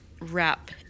wrap